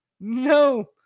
No